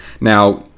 now